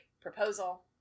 Proposal